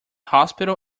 hospital